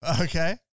Okay